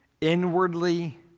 inwardly